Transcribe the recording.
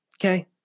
Okay